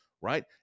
right